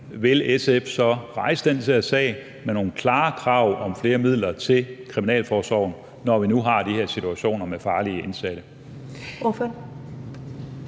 vil rejse den her sag med nogle klare krav om flere midler til kriminalforsorgen, når vi nu har de her situationer med farlige indsatte.